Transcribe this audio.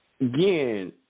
again